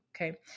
okay